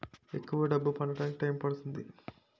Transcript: ఎక్కువ డబ్బు పంపడానికి టైం పడుతుందా?